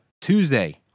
Tuesday